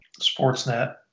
Sportsnet